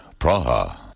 Praha